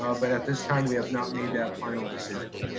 ah but at this time we have not made that final decision.